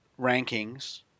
rankings